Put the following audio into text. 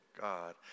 God